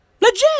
Legit